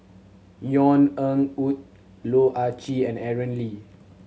Yvonne Ng Uhde Loh Ah Chee and Aaron Lee